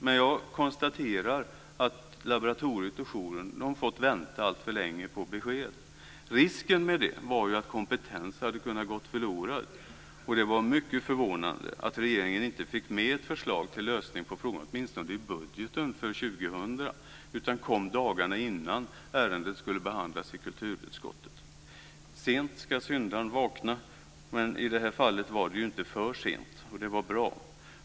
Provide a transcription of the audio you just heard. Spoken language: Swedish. Men jag konstaterar att laboratoriet och jouren har fått vänta alltför länge på besked. Risken med det var ju att kompetens hade kunnat gå förlorad, och det var mycket förvånande att regeringen inte fick med ett förslag till lösning på frågan åtminstone i budgeten för år 2000 utan kom dagarna innan ärendet skulle behandlas i kulturutskottet. Sent ska syndaren vakna, men i det här fallet var det ju inte för sent, och det var bra.